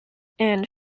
and